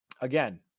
again